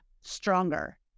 stronger